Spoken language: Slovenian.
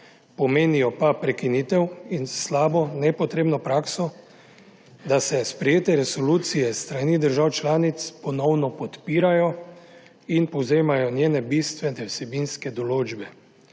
pomenijo pa prekinitev s slabo, nepotrebno prakso, da se sprejete resolucije s strani držav članic ponovno podpirajo in povzemajo njene bistvene vsebinske določbe.